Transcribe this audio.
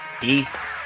Peace